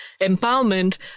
empowerment